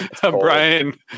Brian